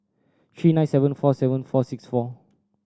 three nine seven four seven four six four